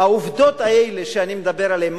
העובדות האלה שאני מדבר עליהן,